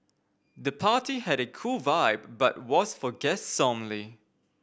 the party had a cool vibe but was for guests only